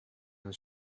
your